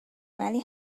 ولی